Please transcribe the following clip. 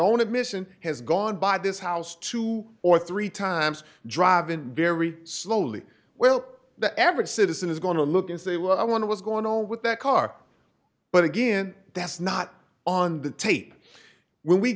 own admission has gone by this house two or three times driving very slowly well the average citizen is going to look and say well i want to what's going on with that car but again that's not on the tape when we